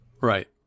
Right